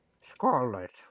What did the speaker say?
Scarlet